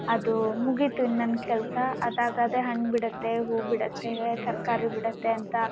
ಅದೂ ಮುಗಿತು ಇನ್ನು ನನ್ನ ಕೆಲಸ ಅದಾಗದೇ ಹಣ್ಣು ಬಿಡತ್ತೆ ಹೂ ಬಿಡತ್ತೆ ತರಕಾರಿ ಬಿಡತ್ತೆ ಅಂತ